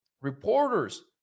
Reporters